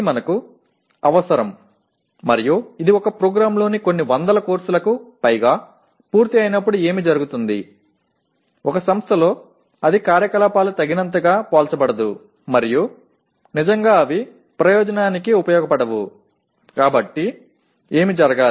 எனவே ஒரு கல்வி நிறுவனத்தில் ஒரு திட்டத்தில் ஒரு சில நூறு பாடங்கள் மீது குறிப்பாக செய்யப்படும் போது செயல்பாடுகள் ஒப்பிடுவதற்கு போதுமானதாக இல்லாமலும் மற்றும் அவை உண்மையில் நோக்கத்தை நிறைவேற்றுவது இல்லை